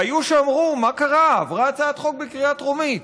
היו שאמרו: מה קרה, עברה הצעת חוק בקריאה טרומית.